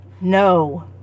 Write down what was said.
no